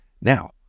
Now